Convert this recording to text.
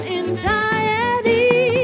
entirety